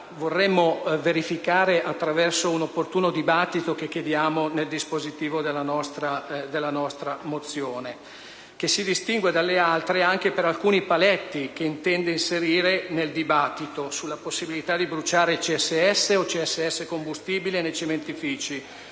vorremmo verificare attraverso un'opportuna discussione, che chiediamo nel dispositivo della nostra mozione. La nostra mozione si distingue dalle altre anche per alcuni paletti che intende inserire nel dibattito sulla possibilità di bruciare CSS o CSS-Combustibile nei cementifici,